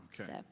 Okay